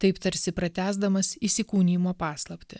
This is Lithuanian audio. taip tarsi pratęsdamas įsikūnijimo paslaptį